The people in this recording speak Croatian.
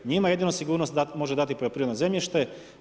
Njima jedinu sigurnost može dati poljoprivredno zemljište.